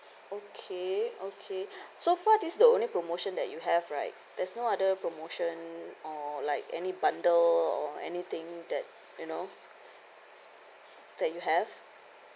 okay okay so far this the only promotion that you have right there's no other promotion or like any bundle or anything that you know that you have